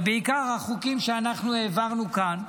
ובעיקר החוקים שאנחנו העברנו כאן,